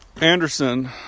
Anderson